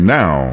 now